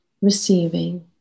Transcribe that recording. receiving